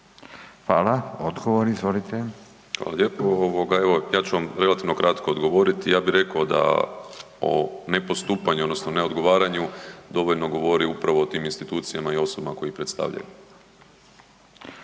Damir (HDZ)** Hvala lijepo. Evo, ja ću vam relativno kratko odgovoriti, ja bi rekao da o ne postupanju odnosno ne odgovaranju dovoljno govori upravo o tim institucijama i osobama koje ih predstavljaju.